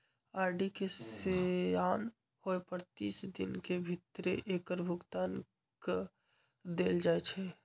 RD के सेयान होय पर तीस दिन के भीतरे एकर भुगतान क देल जाइ छइ